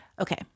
Okay